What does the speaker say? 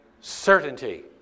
certainty